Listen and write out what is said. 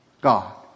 God